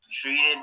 treated